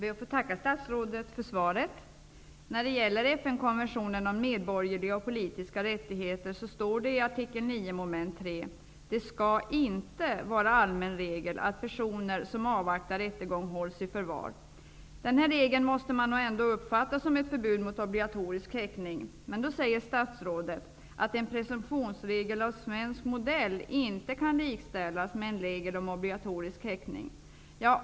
Herr talman! Jag ber att få tacka statsrådet för svaret. I FN-konventionen om medborgerliga och politiska rättigheter står det i artikel 9, mom. 3: Det skall inte vara allmän regel att personer som avvaktar rättegång hålls i förvar. Den här regeln måste man nog ändå uppfatta som ett förbud mot obligatorisk häktning. Statsrådet säger då att en presumtionsregel av svensk modell inte kan likställas med en regel om obligatorisk häktning.